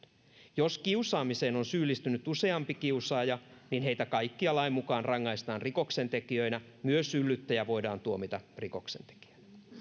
jos kiusaamiseen on syyllistynyt useampi kiusaaja niin heitä kaikkia lain mukaan rangaistaan rikoksentekijöinä ja myös yllyttäjä voidaan tuomita rikoksentekijänä